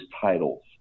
titles